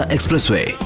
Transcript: Expressway